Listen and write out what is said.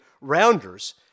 Rounders